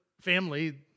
family